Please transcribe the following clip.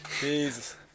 Jesus